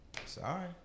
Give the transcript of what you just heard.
Sorry